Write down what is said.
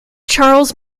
charles